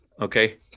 Okay